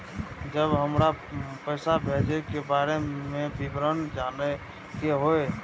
जब हमरा पैसा भेजय के बारे में विवरण जानय के होय?